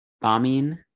bombing